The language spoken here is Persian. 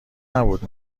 نبود